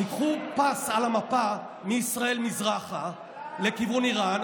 תעשו פס על המפה מישראל מזרחה לכיוון איראן,